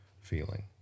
feeling